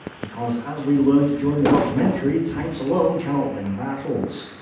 because as we learnt during the documentary, tanks alone cannot win battles.